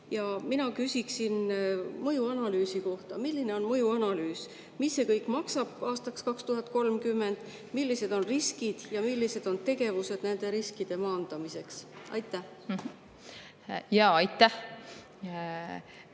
Mina küsin mõjuanalüüsi kohta. Milline on mõjuanalüüs? Mis see kõik maksab aastaks 2030, millised on riskid ja millised on tegevused nende riskide maandamiseks? Aitäh,